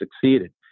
succeeded